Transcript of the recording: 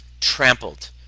trampled